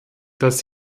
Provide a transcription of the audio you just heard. dass